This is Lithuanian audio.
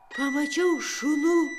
pamačiau šunų